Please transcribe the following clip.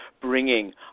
bringing